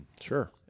Sure